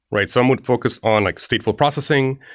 right? some would focus on like stateful processing.